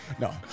No